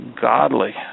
godly